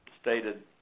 stated